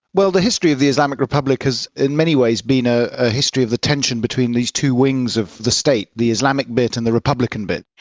well the history of the islamic republic has in many ways been a ah history of the tension between these two wings of the state, the islamic bit and the republican bit.